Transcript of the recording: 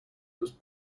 was